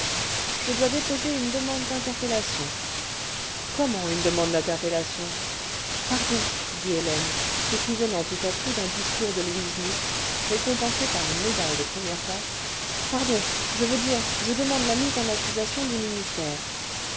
je dois déposer une demande d'interpellation comment une demande d'interpellation pardon dit hélène se souvenant tout à coup d'un discours de louise muche récompensé par une médaille de première classe pardon je veux dire je demande la mise en accusation du ministère